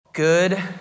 Good